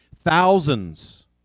thousands